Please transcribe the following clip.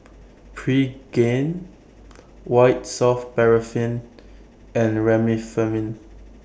Pregain White Soft Paraffin and Remifemin